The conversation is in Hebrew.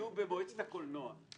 שיהיו במועצת הקולנוע.